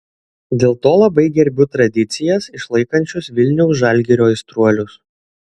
dėl to labai gerbiu tradicijas išlaikančius vilniaus žalgirio aistruolius